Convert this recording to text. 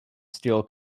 steel